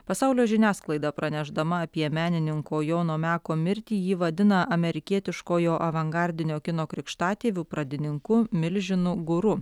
pasaulio žiniasklaida pranešdama apie menininko jono meko mirtį jį vadina amerikietiškojo avangardinio kino krikštatėviu pradininku milžinu guru